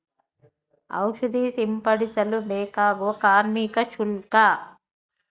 ಔಷಧಿ ಸಿಂಪಡಿಸಲು ಬೇಕಾಗುವ ಕಾರ್ಮಿಕ ಶುಲ್ಕ?